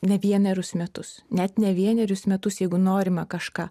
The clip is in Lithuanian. ne vienerius metus net ne vienerius metus jeigu norima kažką